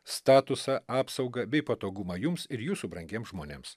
statusą apsaugą bei patogumą jums ir jūsų brangiems žmonėms